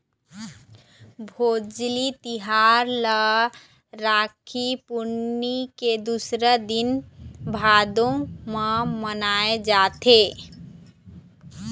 भोजली तिहार ह राखी पुन्नी के दूसर दिन भादो म मनाए जाथे